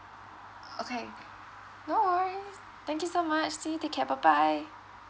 okay no worries thank you so much see you take care bye bye